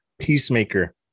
Peacemaker